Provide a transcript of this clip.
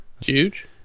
Huge